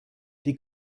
die